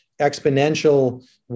exponential